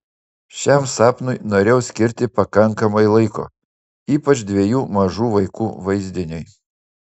šiam sapnui norėjau skirti pakankamai laiko ypač dviejų mažų vaikų vaizdiniui